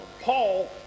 Paul